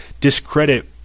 discredit